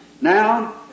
Now